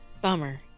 Bummer